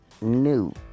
new